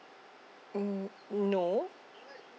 mm no